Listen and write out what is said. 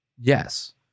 Yes